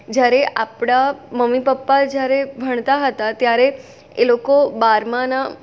જ્યારે આપણાં mummy papa જ્યારે ભણતાં હતાં ત્યારે એ લોકો બારમાનાં